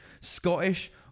scottish